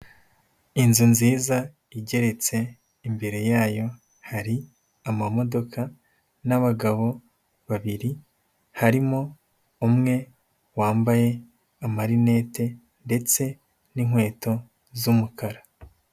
Inzu nziza igeretse imbere yayo hari amamodoka n'abagabo babiri, harimo umwe wambaye amarinete ndetse n'inkweto z'umukara.